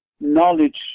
knowledge